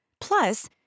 Plus